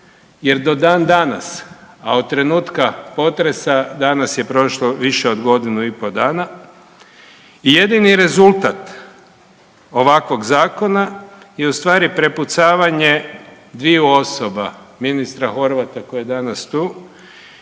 jer do dan danas, a od trenutka potresa danas je prošlo više od godinu i po' dana i jedini rezultat ovakvog zakona je ustvari prepucavanje dviju osoba, ministra Horvata koji je danas tu